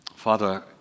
Father